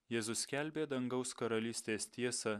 jėzus skelbė dangaus karalystės tiesą